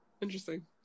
interesting